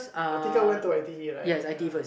Atiqah went to I_T_E right ya